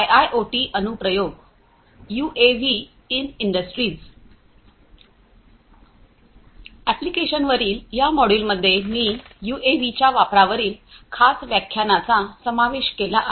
एप्लीकेशनवरील या मॉड्यूलमध्ये मी यूएव्हीच्या वापरावरील खास व्याख्यानाचा समावेश केला आहे